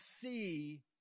see